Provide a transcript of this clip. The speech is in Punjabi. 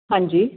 ਹਾਂਜੀ